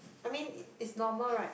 I mean it it's normal right